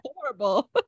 horrible